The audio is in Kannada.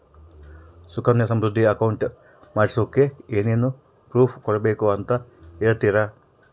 ಸುಕನ್ಯಾ ಸಮೃದ್ಧಿ ಅಕೌಂಟ್ ಮಾಡಿಸೋಕೆ ಏನೇನು ಪ್ರೂಫ್ ಕೊಡಬೇಕು ಅಂತ ಹೇಳ್ತೇರಾ?